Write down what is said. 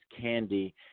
Candy